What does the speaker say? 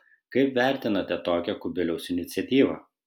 kaip vertinate tokią kubiliaus iniciatyvą